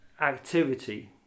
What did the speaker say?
activity